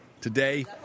Today